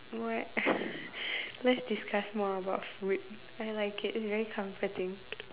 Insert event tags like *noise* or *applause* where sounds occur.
what *laughs* let's discuss more about food I like it it is very comforting